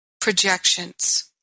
projections